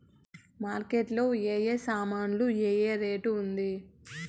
Market లో ఏ ఏ సామాన్లు ఏ ఏ రేటు ఉంది?